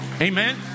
Amen